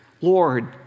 Lord